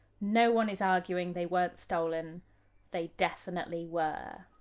no-one is arguing they weren't stolen they definitely were.